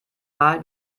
mal